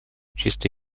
чисто